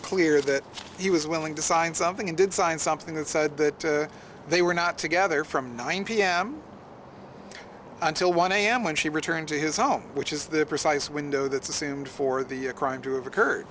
it clear that he was willing to sign something and did sign something that said that they were not together from nine pm until one am when she returned to his home which is the precise window that's assumed for the crime